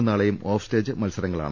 ഇന്നും നാളെയും off stage മത്സരങ്ങളാണ്